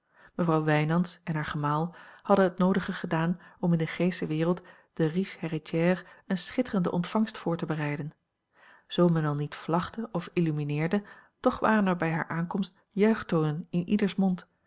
mevrouw wijnands en haar gemaal hadden het noodige gedaan om in de g sche wereld de riche héritière eene schitterende ontvangst voor te bereiden zoo men al niet vlagde of illumineerde toch waren er bij hare aankomst juichtonen in ieders mond